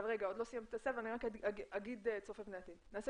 האחד, נעשה